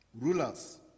Rulers